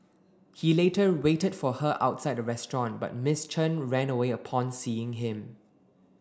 he later waited for her outside the restaurant but Miss Chen ran away upon seeing him